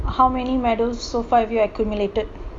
how many medals so far have accumulated